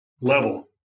level